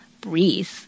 breathe